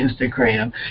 Instagram